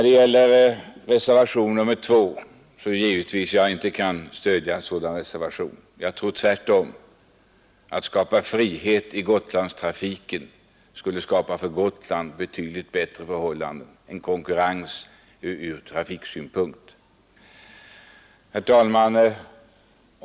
Det är givet att jag inte kan stödja en sådan reservation som reservationen 2. Jag tror tvärtom; att skapa frihet i Gotlandstrafiken skulle skapa betydligt bättre förhållanden för Gotland: konkurrens ur trafiksynpunkt. Herr talman!